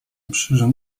przyrząd